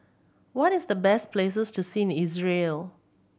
what is the best places to see Israel